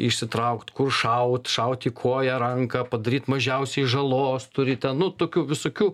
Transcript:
išsitraukt kur šaut šaut į koją ranką padaryt mažiausiai žalos turi ten nu tokių visokių